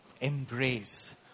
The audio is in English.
embrace